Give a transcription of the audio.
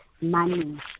money